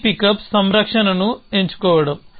B pickup సంరక్షణను ఎంచుకోవడం